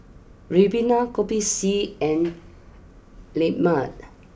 Ribena Kopi C and Lemang